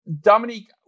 Dominique